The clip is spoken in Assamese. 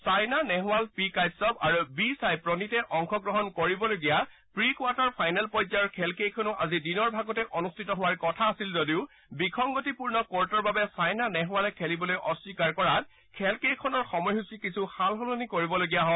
চাইনা নেহৱাল পি কাশ্যপ আৰু বি চাই প্ৰণীতে অংশ গ্ৰহণ কৰিবলগীয়া প্ৰি কোৱাৰ্টাৰ ফাইনেল পৰ্যায়ৰ খেলকেইখনো আজি দিনৰ ভাগতে অনুষ্ঠিত হোৱাৰ কথা আছিল যদিও বিসংগতিপূৰ্ণ কৰ্টৰ বাবে চাইনা নেহৰালে খেলিবলৈ অস্বীকাৰ কৰাত খেলকেইখনৰ সময়সূচীত কিছু সাল সলনি কৰিবলগীয়া হয়